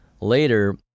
Later